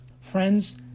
Friends